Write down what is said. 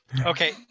Okay